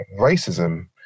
racism